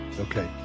Okay